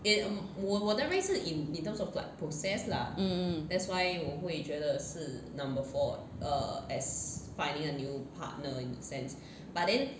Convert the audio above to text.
mm